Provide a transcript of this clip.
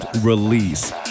release